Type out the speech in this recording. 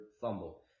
fumble